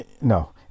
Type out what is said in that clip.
No